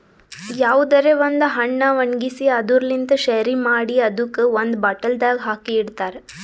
ಯಾವುದರೆ ಒಂದ್ ಹಣ್ಣ ಒಣ್ಗಿಸಿ ಅದುರ್ ಲಿಂತ್ ಶೆರಿ ಮಾಡಿ ಅದುಕ್ ಒಂದ್ ಬಾಟಲ್ದಾಗ್ ಹಾಕಿ ಇಡ್ತಾರ್